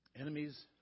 Enemies